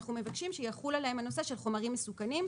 אנחנו מבקשים שיחול עליהם הנושא של חומרים מסוכנים.